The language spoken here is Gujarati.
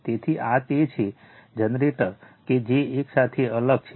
તેથી આ તે છે જનરેટર કે તે એકસાથે અલગ છે